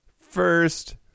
first